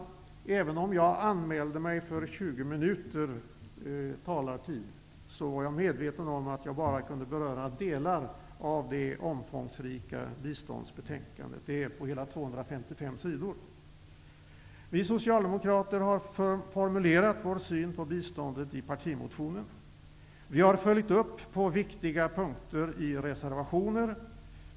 Även om jag anmälde mig för 20 minuter talartid, var jag medveten om att jag bara kunde beröra delar av det omfångsrika biståndsbetänkandet. Det är på hela 255 sidor. Vi socialdemokrater har formulerat vår syn på biståndet i partimotionen. På viktiga punkter har vi följt upp i reservationer.